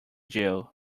jew